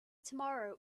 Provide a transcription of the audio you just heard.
tomorrow